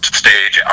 stage